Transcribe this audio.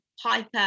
hyper